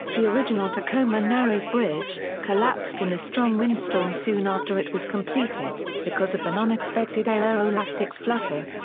the original tacoma narrows bridge, collapsed in a strong windstorm soon after it was completed, because of an unexpected aeroelastic flutter.